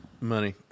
Money